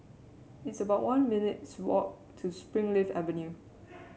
it's about one minutes' walk to Springleaf Avenue